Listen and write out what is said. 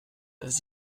dass